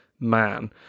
Man